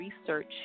research